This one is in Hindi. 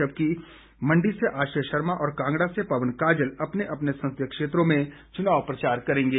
इसी तरह मंडी से आश्रय शर्मा और कांगड़ा से पवन काजल अपने अपने संसदीय क्षेत्रों में चुनाव प्रचार करेंगे